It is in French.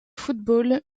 football